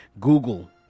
Google